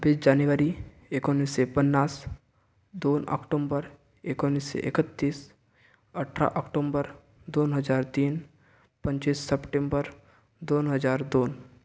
छब्बीस जानेवारी एकोणीसशे पन्नास दोन ऑक्टोंबर एकोणीसशे एकतीस अठरा ऑक्टोंबर दोन हजार तीन पंचवीस सप्टेंबर दोन हजार दोन